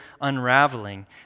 unraveling